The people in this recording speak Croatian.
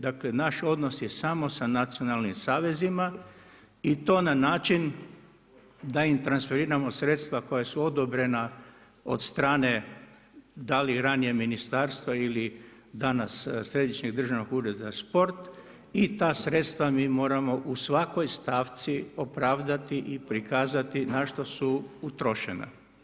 Dakle, naš odnos je samo sa nacionalnim savezima i to na način da im transferiramo sredstva koja su odobrena od strane da li ranije ministarstva ili danas Središnjeg državnog ureda za sport i ta sredstva mi moramo u svakoj stavci opravdati i prikazati na što su utrošena.